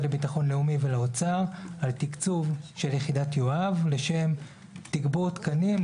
לביטחון לאומי ולאוצר על תקצוב של יחידת יואב לשם תגבור תקנים,